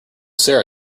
sara